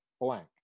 blank